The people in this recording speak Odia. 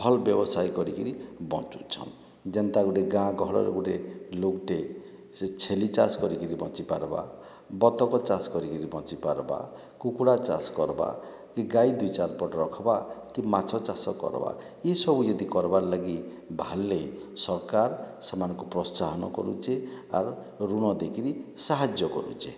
ଭଲ୍ ବ୍ୟବସାୟ କରିକିରି ବଞ୍ଚୁଛନ୍ ଯେନ୍ତା ଗୁଟେ ଗାଁ ଗହଳର ଗୁଟେ ଲୁକ୍ ଟେ ସେ ଛେଲି ଚାଷ୍ କରିକିରି ବଞ୍ଚିପାର୍ବା ବତକ ଚାଷ୍ କରିକିରି ବଞ୍ଚିପାର୍ବା କୁକୁଡ଼ା ଚାଷ୍ କର୍ବା କି ଗାଈ ଦୁଇ ଚାର୍ ପଟ୍ ରଖ୍ବା କି ମାଛ ଚାଷ୍ କର୍ବା ଏହି ସବୁ ଯଦି କର୍ବାର୍ ଲାଗି ବାହାର୍ଲେ ସରକାର୍ ସେମାନଙ୍କୁ ପ୍ରୋତ୍ସାହନ କରୁଛେ ଆର୍ ଋଣ ଦେଇକିରି ସାହଯ୍ୟ କରୁଛେ